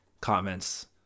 comments